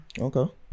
okay